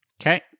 Okay